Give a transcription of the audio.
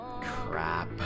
Crap